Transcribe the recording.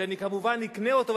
שאני כמובן אקנה אותו,